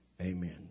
amen